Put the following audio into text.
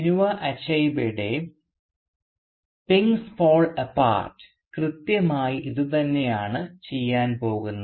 Chinua അച്ചെബീയുടെ things fall apart കൃത്യമായി ഇതു തന്നെയാണ് ചെയ്യാൻ പോകുന്നത്